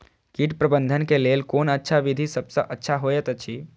कीट प्रबंधन के लेल कोन अच्छा विधि सबसँ अच्छा होयत अछि?